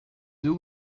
deux